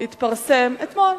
אתמול,